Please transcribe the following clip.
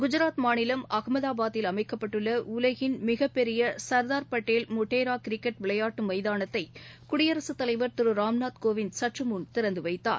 குஜராத் மாநிலம் அகமதாபாத்தில் அமைக்கப்பட்டுள்ளஉலகின் மிகப்பெரியச்தா்படேல் மொட்டேராகிரிக்கெட் விளையாட்டுமைதானத்தைகுடியரசுத் தலைவர் திருராம்நாத்கோவிந்த் சற்றுமுன் திறந்துவைத்தார்